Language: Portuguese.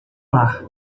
lar